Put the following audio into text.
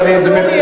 כמה הומני.